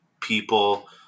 people